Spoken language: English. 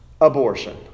abortion